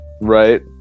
right